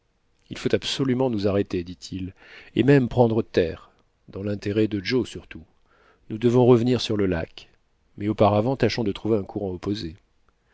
il faut absolument nous arrêter dit-il et même prendre terre dans l'intérêt de joe surtout nous devons revenir sur le lac mais auparavant tâchons de trouver un courant opposé